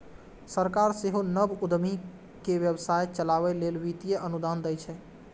सरकार सेहो नव उद्यमी कें व्यवसाय चलाबै लेल वित्तीय अनुदान दै छै